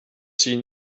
seen